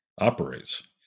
operates